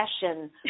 session